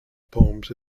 poems